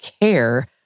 care